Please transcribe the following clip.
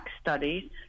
studies